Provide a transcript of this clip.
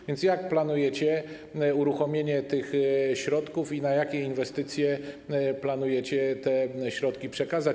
A więc jak planujecie uruchomienie tych środków i na jakie inwestycje planujecie te środki przekazać?